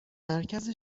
مرکز